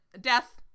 death